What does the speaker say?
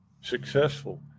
successful